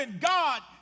God